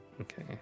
Okay